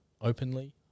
openly